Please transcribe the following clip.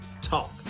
talk